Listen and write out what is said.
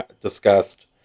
discussed